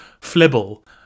flibble